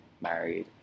married